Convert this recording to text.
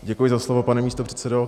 Děkuji za slovo, pane místopředsedo.